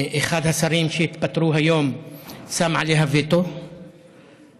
אחד השרים שהתפטרו היום שם עליה וטו קואליציוני,